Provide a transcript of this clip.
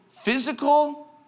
physical